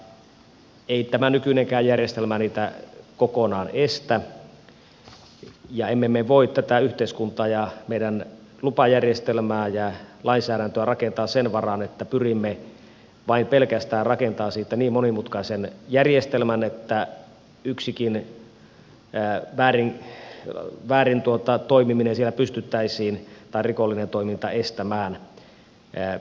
mutta ei tämä nykyinenkään järjestelmä niitä kokonaan estä ja emme me voi tätä yhteiskuntaa ja meidän lupajärjestelmää ja lainsäädäntöä rakentaa sen varaan että pyrimme pelkästään rakentamaan siitä niin monimutkaisen järjestelmän että yksikin väärin toimiminen tai rikollinen toiminta siellä pystyttäisiin estämään